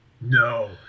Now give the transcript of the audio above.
No